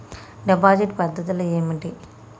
Deposit పద్ధతులు ఏమిటి?